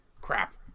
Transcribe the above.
Crap